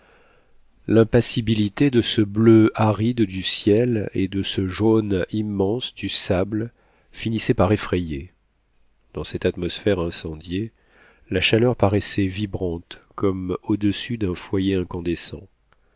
limpassibilité de ce bleu aride du ciel et de ce jaune immense du sable finissait par effrayer dans cette atmosphère incendiée la chaleur paraissait vibrante comme au-dessus d'un foyer incandescent